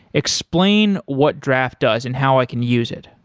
explain what draft does and how i can use it.